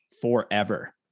forever